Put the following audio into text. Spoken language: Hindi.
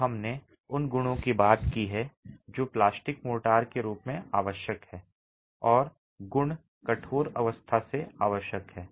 अब हमने उन गुणों की बात की है जो प्लास्टिक मोर्टार के रूप में आवश्यक हैं और गुण कठोर अवस्था से आवश्यक हैं